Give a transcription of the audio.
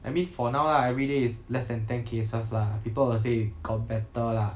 I mean for now lah everyday is less than ten cases lah people will say got better lah